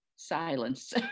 Silence